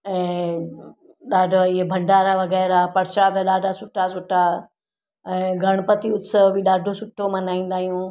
ऐं ॾाढा ईअं भंडारा वग़ैरह प्रशाद ॾाढा सुठा सुठा ऐं गणपति उत्सव बि ॾाढो सुठो मल्हाईंदा आहियूं